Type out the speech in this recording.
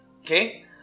Okay